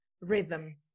rhythm